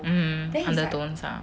mmhmm undertones ah